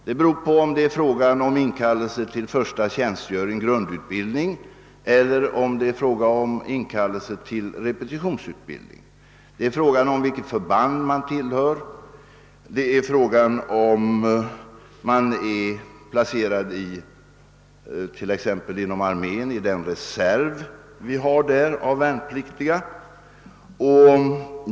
Det är beroende av om det är fråga om inkallelse till första tjänstgöring för grundutbildning eller inkallelse till repetitionsutbild ning. Det är beroende av vilket förband man tillhör. Det är fråga om var man är placerad, t.ex. inom arméns reserv av värnpliktiga.